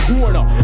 Corner